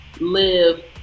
live